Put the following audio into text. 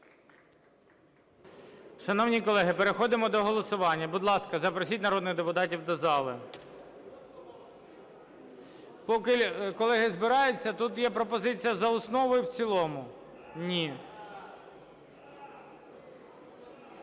Шановні колеги, переходимо до голосування. Будь ласка, запросіть народних депутатів до зали. Поки колеги збираються. Тут є пропозиція: за основу і в цілому.